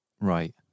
Right